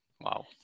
Wow